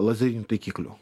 lazerinių taikiklių